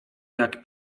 jak